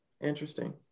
Interesting